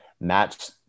match